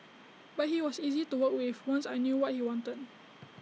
but he was easy to work with once I knew what he wanted